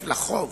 לחוב